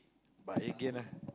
buy again lah